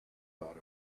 thought